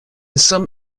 some